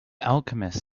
alchemists